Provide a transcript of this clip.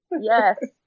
yes